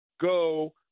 go